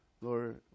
Lord